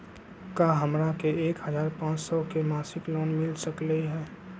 का हमरा के एक हजार पाँच सौ के मासिक लोन मिल सकलई ह?